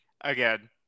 again